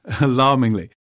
alarmingly